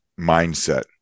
mindset